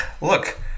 Look